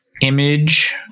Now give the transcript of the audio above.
image